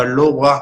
אבל לא רק,